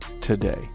today